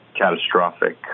catastrophic